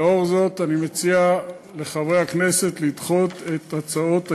לאור זאת אני מציע לחברי הכנסת לדחות את הצעות האי-אמון.